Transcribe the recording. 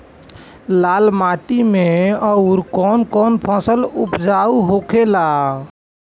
लाल माटी मे आउर कौन कौन फसल उपजाऊ होखे ला?